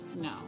No